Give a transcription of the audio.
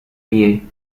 pie